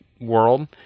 world